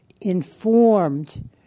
informed